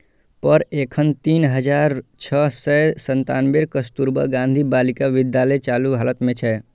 पर एखन तीन हजार छह सय सत्तानबे कस्तुरबा गांधी बालिका विद्यालय चालू हालत मे छै